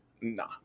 nah